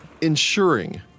ensuring